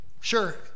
sure